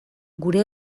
gure